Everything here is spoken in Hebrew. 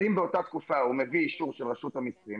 אז אם באותה תקופה הוא מביא אישור של רשות המסים